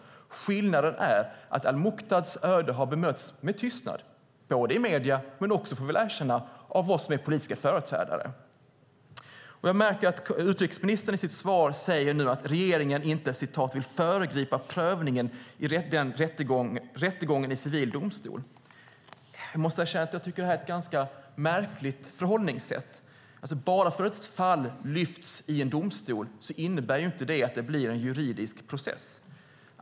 Skillnaden är att al-Muqdads öde har bemötts med tystnad såväl av medierna som, får erkännas, av oss politiska företrädare. Utrikesministern säger i sitt svar att regeringen inte vill föregripa prövningen i rättegången i civil domstol. Det är ett ganska märkligt förhållningssätt. Bara för att ett fall prövas i en domstol innebär det inte att det blir en juridisk process.